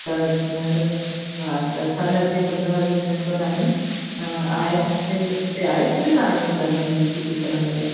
त कीअं हिन में हा त असांजा जीअं पंद्रहां वीह मैंबर आहिनि त आहे हुते हुते आहे सुविधा हीअं करण जी किटी करण जी